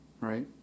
right